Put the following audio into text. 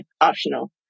optional